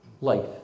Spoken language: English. life